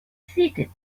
seated